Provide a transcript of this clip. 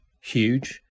huge